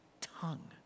tongue